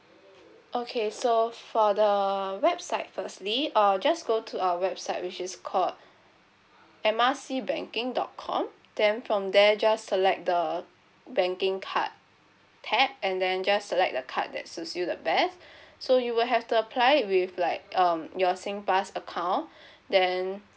okay so for the website firstly uh just go to our website which is called M R C banking dot com then from there just select the banking card tab and then just select the card that suits you the best so you will have to apply it with like um your singpass account then